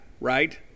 right